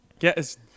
yes